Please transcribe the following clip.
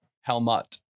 Helmut